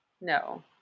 no